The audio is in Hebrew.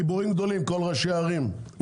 גיבורים גדולים כל ראשי הערים,